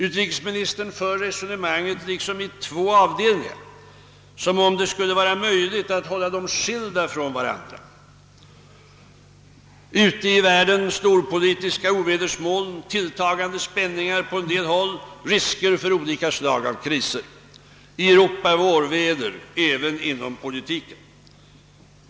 Utrikesministern för resonemanget liksom i två avdelningar, som om det skulle vara möjligt att hålla dem skilda från varandra: ute i världen storpolitiska ovädersmoln, tilltagande spänningar på en del håll, risker för olika slag av kriser, medan Europa får vackert väder även inom politiken.